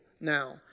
now